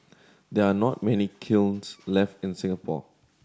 there are not many kilns left in Singapore